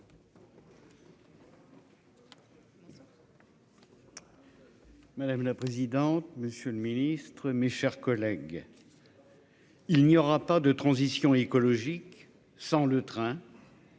Madame la présidente, monsieur le ministre, mes chers collègues. Et tout le. Il n'y aura pas de transition écologique sans le train.--